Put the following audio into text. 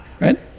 right